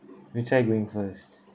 you try going first